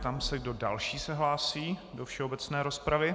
Ptám se, kdo další se hlásí do všeobecné rozpravy.